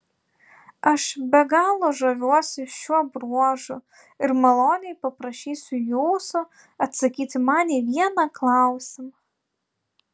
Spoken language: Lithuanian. aš be galo žaviuosi šiuo bruožu ir maloniai paprašysiu jūsų atsakyti man į vieną klausimą